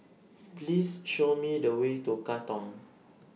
Please Show Me The Way to Katong